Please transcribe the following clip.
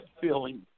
feeling